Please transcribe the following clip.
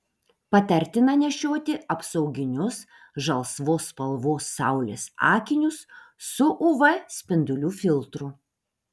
patartina nešioti apsauginius žalsvos spalvos saulės akinius su uv spindulių filtru